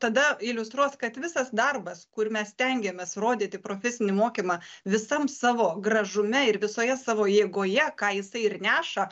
tada iliustruos kad visas darbas kur mes stengiamės rodyti profesinį mokymą visam savo gražume ir visoje savo jėgoje ką jisai ir neša